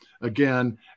again